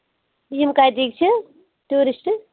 یِم کَتِکۍ چھِ ٹیوٗرِسٹ